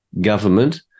government